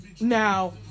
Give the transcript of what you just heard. Now